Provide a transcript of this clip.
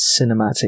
cinematic